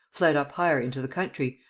fled up higher into the country,